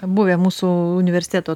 buvę mūsų universiteto